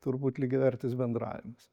turbūt lygiavertis bendravimas